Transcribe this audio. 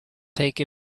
take